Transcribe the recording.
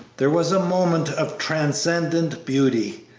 there was a moment of transcendent beauty,